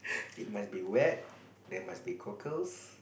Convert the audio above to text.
it must be wet there must be cockles